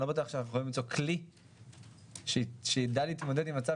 אבל אני לא בטוח שאנחנו יכולים למצוא כלי שיידע להתמודד עם מצב